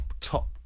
top